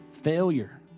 failure